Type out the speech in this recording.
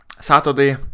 Saturday